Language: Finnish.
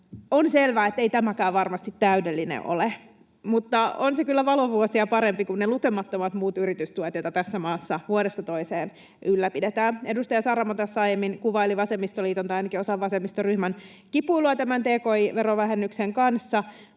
On selvää, ettei tämäkään varmasti täydellinen ole, mutta on se kyllä valovuosia parempi kuin ne lukemattomat muut yritystuet, joita tässä maassa vuodesta toiseen ylläpidetään. Edustaja Saramo tuossa aiemmin kuvaili vasemmistoliiton tai ainakin osan vasemmistoryhmästä kipuilua tämän tki-verovähennyksen kanssa.